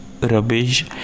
rubbish